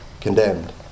condemned